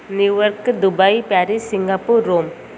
New York Dubai Paris Singapore Rome